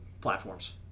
platforms